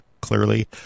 clearly